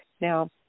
Now